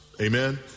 Amen